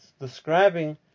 describing